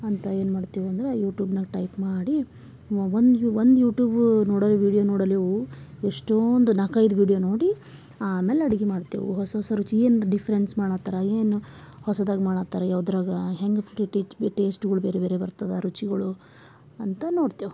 ಅಂತ ಏನು ಮಾಡ್ತೀವಂದರೆ ಯೂಟ್ಯೂಬ್ನಾಗ ಟೈಪ್ ಮಾಡಿ ಒಂದು ಯೂ ಒಂದು ಯೂಟ್ಯೂಬು ನೋಡಿ ವಿಡಿಯೋ ನೋಡಲೆವು ಎಷ್ಟೋಂದು ನಾಲ್ಕೈದು ವಿಡಿಯೋ ನೋಡಿ ಆಮೇಲೆ ಅಡುಗಿ ಮಾಡ್ತೆವು ಹೊಸ ಹೊಸ ರುಚಿಯಿಂದ ಡಿಫ್ರೆನ್ಸ್ ಮಾಡೋತ್ತರ ಏನು ಹೊಸದಾಗಿ ಮಾಡಾತ್ತರ ಯಾವುದ್ರಾಗ ಹೆಂಗೆ ಟೇಶ್ಟ್ಗಳ್ ಬೇರೆ ಬೇರೆ ಬರ್ತದ ರುಚಿಗಳು ಅಂತ ನೋಡ್ತೇವು